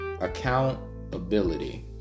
accountability